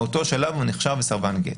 מאותו שלב הוא נחשב סרבן גט.